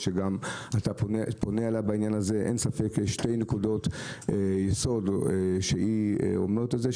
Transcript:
אין ספק שיש שתי נקודות יסוד שלדעתה צריך שיהיו: